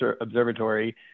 Observatory